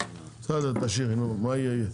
בסדר, תשאירי מה שיהיה יהיה.